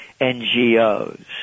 NGOs